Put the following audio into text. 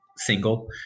Single